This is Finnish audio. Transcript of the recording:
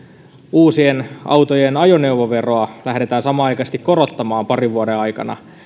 uusien autojen ajoneuvoveroa lähdetään samanaikaisesti korottamaan parin vuoden aikana